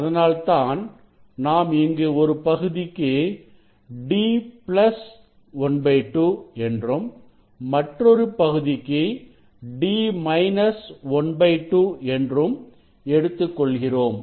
அதனால்தான் நாம் இங்கு ஒரு பகுதிக்கு d பிளஸ் ½ என்றும் மற்றொரு பகுதிக்கு d மைனஸ் ½ என்றும் எடுத்துக் கொள்கிறோம்